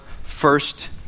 first